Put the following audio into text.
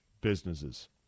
businesses